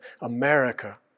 America